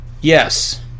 Yes